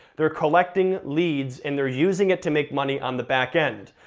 they're collecting leads and they're using it to make money on the backend.